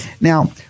Now